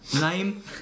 Name